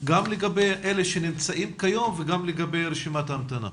גם לגבי אלה שנמצאים היום וגם לגבי רשימת ההמתנה.